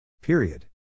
Period